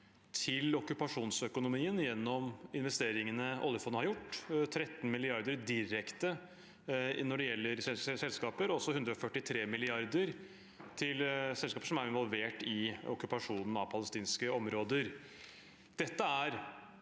til okkupasjonsøkonomien gjennom investeringene oljefondet har gjort, 13 mrd. kr direkte når det gjelder selskaper, og 143 mrd. kr til selskaper som er involvert i okkupasjonen av palestinske områder.